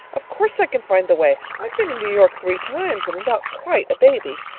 of course i can find the way. i've been in new york three times and am not quite a baby.